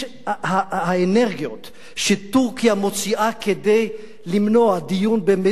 האנרגיות שטורקיה מוציאה כדי למנוע דיון כזה